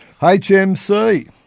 HMC